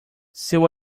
seu